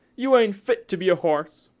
you ain't fit to be a horse.